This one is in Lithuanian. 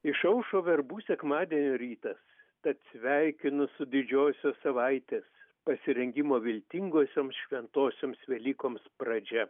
išaušo verbų sekmadienio rytas tad sveikinu su didžiosios savaitės pasirengimo viltingosioms šventosioms velykoms pradžia